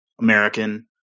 American